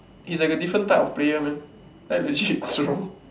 he's like a different type of player man like legit Zhi-Rong